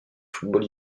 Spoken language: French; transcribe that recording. football